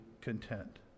content